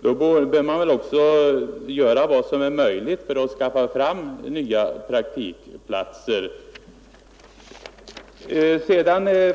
bör man väl också göra vad som är möjligt för att skaffa fram nya praktikplatser.